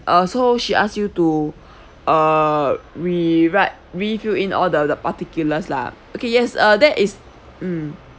uh so she ask you to uh rewrite refill in all the the particulars lah okay yes uh that is mm